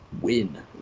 win